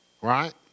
Right